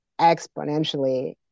exponentially